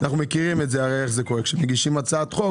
אנחנו מכירים את האופן שבו זה קורה: כשמגישים הצעת חוק